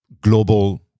global